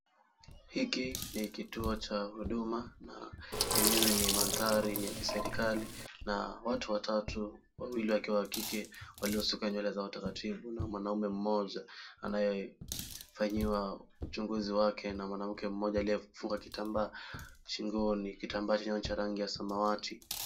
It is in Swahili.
Hiki ni kituo cha huduma na yenyewe ni mandhari ya kiserikali na watu watatu, wawili wakiwa wa kike waliosuka nywele zao taratibu na mwanaume mmoja anayefanyiwa uchunguzi wake na mwanamke mmoja aliyefunga kitambaa shingoni, kitambaa kinacho rangi ya samawati.